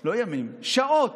לא ימים, שעות,